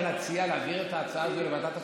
להציע להעביר את ההצעה הזו לוועדת הכספים,